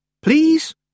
please